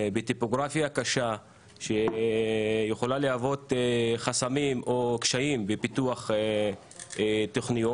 בטופוגרפיה קשה שיכולה להוות חסמים או קשיים בפיתוח תוכניות.